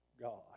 God